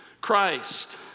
Christ